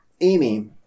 Amy